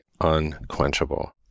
unquenchable